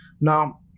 Now